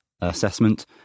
assessment